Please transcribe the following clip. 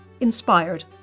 inspired